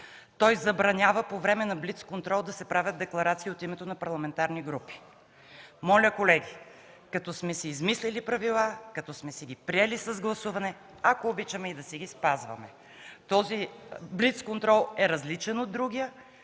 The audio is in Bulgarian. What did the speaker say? Той забранява по време на блиц контрол да се правят декларации от името на парламентарни групи. Моля, колеги, като сме си измислили правила, като сме си ги приели с гласуване, ако обичаме и да си ги спазваме! Този блиц контрол е различен от другия